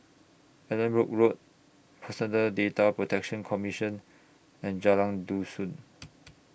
Allanbrooke Road Personal Data Protection Commission and Jalan Dusun